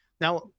Now